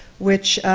which